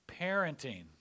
Parenting